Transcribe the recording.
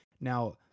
Now